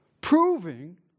Proving